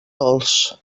dolç